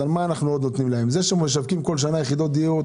זה שמשווקים כל שנה יחידות דיור,